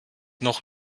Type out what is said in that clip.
noch